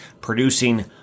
producing